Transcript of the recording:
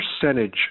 percentage